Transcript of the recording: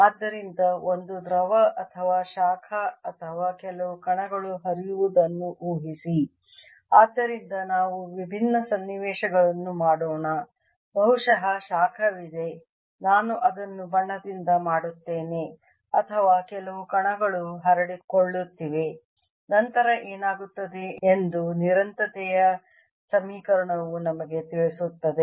ಆದ್ದರಿಂದ ಒಂದು ದ್ರವ ಅಥವಾ ಶಾಖ ಅಥವಾ ಕೆಲವು ಕಣಗಳು ಹರಿಯುವುದನ್ನು ಊಹಿಸಿ ಆದ್ದರಿಂದ ನಾವು ವಿಭಿನ್ನ ಸನ್ನಿವೇಶಗಳನ್ನು ಮಾಡೋಣ ಬಹುಶಃ ಶಾಖವಿದೆ ನಾನು ಅದನ್ನು ಬಣ್ಣದಿಂದ ಮಾಡುತ್ತೇನೆ ಅಥವಾ ಕೆಲವು ಕಣಗಳು ಹರಡಿಕೊಳ್ಳುತ್ತಿವೆ ನಂತರ ಏನಾಗುತ್ತದೆ ಎಂದು ನಿರಂತರತೆಯ ಸಮೀಕರಣವು ನಮಗೆ ತಿಳಿಸುತ್ತದೆ